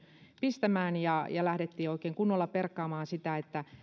pistämään pystyyn toimikunta ja lähdettiin oikein kunnolla perkaamaan sitä